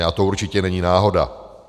A to určitě není náhoda.